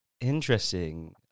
interesting